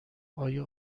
آیا